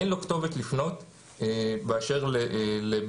אין לו כתובת לפנות אליה באשר לבעיות